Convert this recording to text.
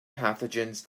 pathogens